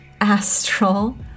astral